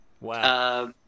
Wow